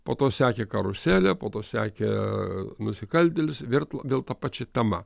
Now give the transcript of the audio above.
po to sekė karuselė po to sekė nusikaltėlis virt vėl ta pačia tema